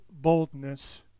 boldness